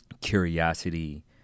curiosity